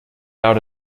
out